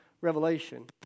Revelation